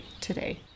today